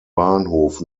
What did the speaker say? bahnhof